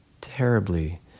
terribly